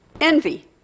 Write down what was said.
envy